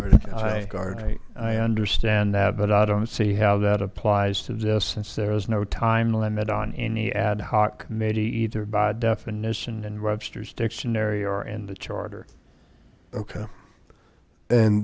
very i understand that but i don't see how that applies to this since there is no time limit on any ad hoc maybe either by definition and webster's dictionary or in the charter ok and